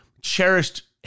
cherished